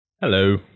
Hello